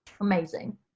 amazing